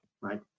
right